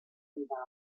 minvar